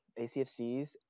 acfcs